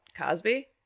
cosby